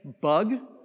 bug